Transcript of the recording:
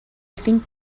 think